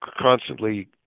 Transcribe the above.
constantly